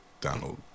Donald